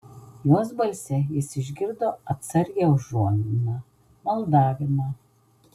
jos balse jis išgirdo atsargią užuominą maldavimą